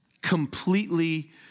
completely